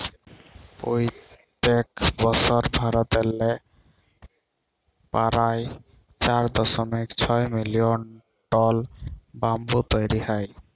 পইত্তেক বসর ভারতেল্লে পারায় চার দশমিক ছয় মিলিয়ল টল ব্যাম্বু তৈরি হ্যয়